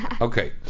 Okay